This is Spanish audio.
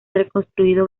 reconstruido